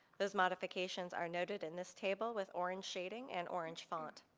those modifications are noteed in this table with orange shadeing and orange font.